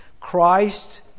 Christ